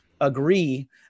agree